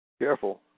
Careful